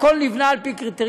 הכול נבנה על פי קריטריונים.